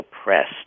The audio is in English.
oppressed